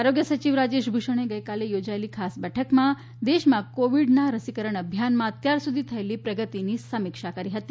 આરોગ્ય સચિવ રાજેશ ભૂષણે ગઈકાલે યોજાયેલી ખાસ બેઠકમાં દેશમાં કોવિડના રસીકરણ અભિયાનમાં અત્યાર સુધી થયેલી પ્રગતિની સમીક્ષા કરી હતી